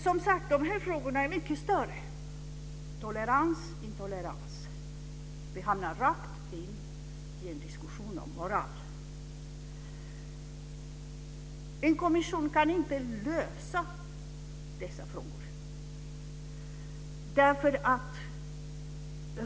Som sagt är de här frågorna mycket större - tolerans och intolerans. Vi hamnar rakt in i en diskussion om moral. En kommission kan inte lösa dessa frågor.